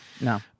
No